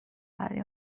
ولی